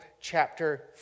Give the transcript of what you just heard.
chapter